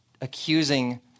accusing